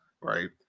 Right